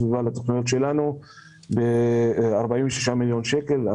סביבה לתכניות שלנו עם 46 מיליון שקלים.